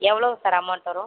எவ்வளோ sir amount வரும்